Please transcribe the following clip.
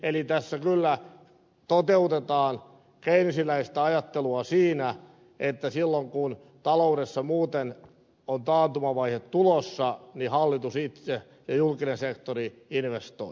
eli tässä kyllä toteutetaan keynesiläistä ajattelua siinä että silloin kun taloudessa muuten on taantumavaihe tulossa niin hallitus itse ja julkinen sektori investoivat